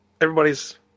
Everybody's